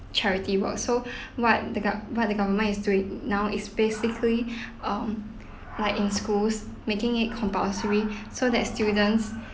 charity work so what the gov~ what the government is doing now is basically um like in schools making it compulsory so that students